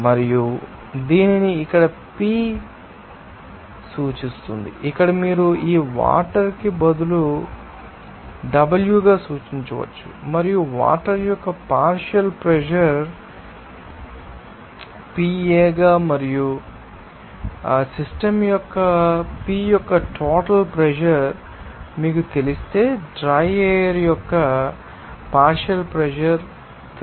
మరియు దీనిని ఇక్కడ PA సూచిస్తుంది ఇక్కడ మీరు ఈ వాటర్ ని ఇక్కడ బదులుగా w గా సూచించవచ్చు మరియు వాటర్ యొక్క పార్షియల్ ప్రెషర్ PA గా మరియు సిస్టమ్ యొక్క P యొక్క టోటల్ ప్రెషర్ మీకు తెలిస్తే డ్రై ఎయిర్ యొక్క పార్షియల్ ప్రెషర్ ఏమిటి